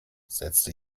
setzte